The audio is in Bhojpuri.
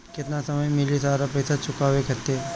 केतना समय मिली सारा पेईसा चुकाने खातिर?